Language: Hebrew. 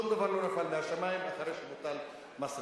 שום דבר לא נפל מהשמים אחרי שבוטל מס רכוש.